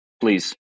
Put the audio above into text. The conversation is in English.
please